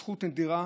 זכות נדירה